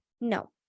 no